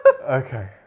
Okay